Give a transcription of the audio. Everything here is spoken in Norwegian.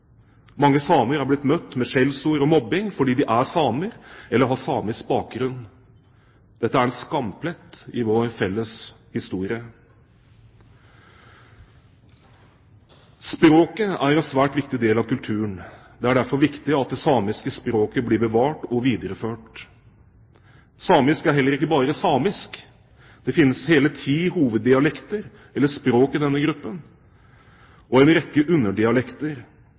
Mange samer er blitt møtt med skjellsord og mobbing fordi de er samer eller har samisk bakgrunn. Dette er en skamplett i vår felles historie. Språket er en svært viktig del av kulturen. Det er derfor viktig at det samiske språket blir bevart og videreført. Samisk er heller ikke bare samisk. Det finnes hele ti hoveddialekter eller språk i denne gruppen, og en rekke underdialekter.